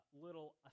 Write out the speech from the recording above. little